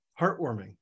heartwarming